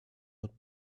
would